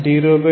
ddxbxax